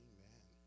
Amen